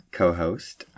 co-host